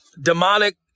demonic